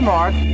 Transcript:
Mark